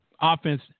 offense